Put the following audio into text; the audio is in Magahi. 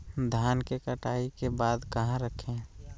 धान के कटाई के बाद कहा रखें?